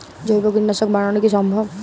জৈব কীটনাশক বানানো কি সম্ভব?